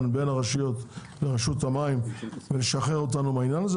בין הרשויות לרשות המים ולשחרר אותנו מהעניין הזה,